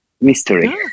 mystery